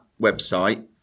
website